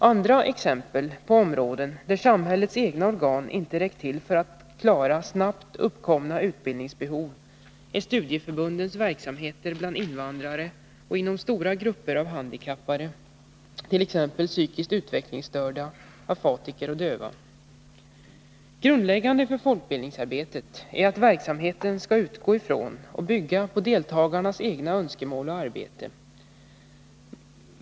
Andra exempel på områden där samhällets egna organ inte har räckt till för att klara snabbt uppkomna utbildningsbehov är studieförbundens verksamheter bland invandrare och inom stora grupper av handikappade, t.ex. psykiskt utvecklingsstörda, afatiker och döva. Grundläggande för folkbildningsarbetet är att verksamheten skall utgå från och bygga på deltagarnas egna önskemål och eget arbete.